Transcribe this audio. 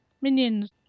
Minions